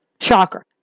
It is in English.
Shocker